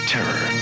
Terror